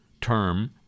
term